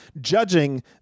judging